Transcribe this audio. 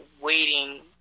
waiting